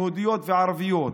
יהודיות וערביות.